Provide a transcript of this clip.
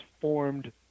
formed